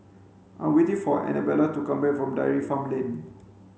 I'm waiting for Anabella to come back from Dairy Farm Lane